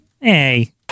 Hey